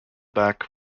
back